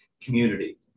community